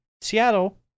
Seattle